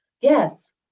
Yes